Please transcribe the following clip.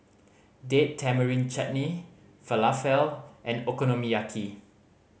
Date Tamarind Chutney Falafel and Okonomiyaki